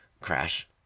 crash